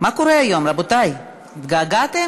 מה קורה היום, רבותי, התגעגעתם?